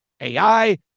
AI